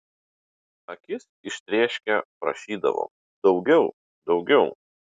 akis ištrėškę prašydavom daugiau daugiau